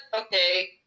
okay